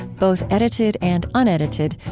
both edited and unedited,